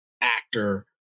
actor